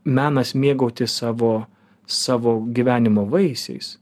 menas mėgautis savo savo gyvenimo vaisiais